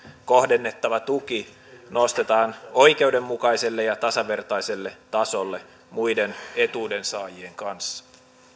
kohdennettava tuki nostetaan oikeudenmukaiselle ja tasavertaiselle tasolle muiden etuudensaajien kanssa